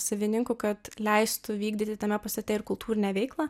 savininku kad leistų vykdyti tame pastate ir kultūrinę veiklą